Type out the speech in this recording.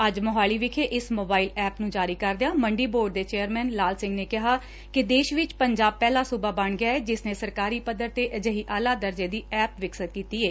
ਅੱਜ ਮੋਹਾਲੀ ਵਿਖੇ ਇਸ ਮੋਬਾਈਲ ਐਪ ਨੂੰ ਜਾਰੀ ਕਰਦਿਆਂ ਮੰਡੀ ਬੋਰਡ ਦੇ ਚੇਅਰਮੈਨ ਲਾਲ ਸਿੰਘ ਨੇ ਕਿਹਾ ਕਿ ਦੇਸ਼ ਵਿੱਚ ਪੰਜਾਬ ਪਹਿਲਾ ਸੁਬਾ ਬਣ ਗਿਐ ਜਿਸ ਨੇ ਸਰਕਾਰੀ ਪੱਧਰ ਤੇ ਅਜਿਹੀ ਆਲਾ ਦਰਜੇ ਦੀ ਐਪ ਵਿਕਸਤ ਕੀਤੀ ਐ